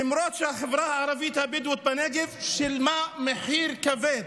למרות שהחברה הערבית הבדואית בנגב שילמה מחיר כבד